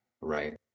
right